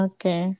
Okay